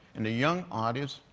and the young audience,